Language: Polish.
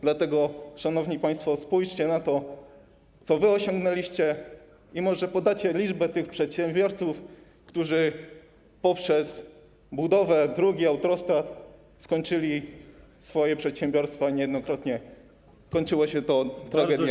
Dlatego, szanowni państwo, spójrzcie na to, co wy osiągnęliście, i może podacie liczbę tych przedsiębiorców, którzy poprzez budowę dróg i autostrad zamknęli swoje przedsiębiorstwa, a niejednokrotnie kończyło się to tragediami.